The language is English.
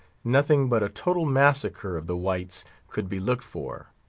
nothing but a total massacre of the whites could be looked for.